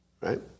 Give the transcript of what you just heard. right